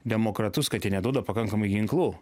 demokratus kad jie neduoda pakankamai ginklų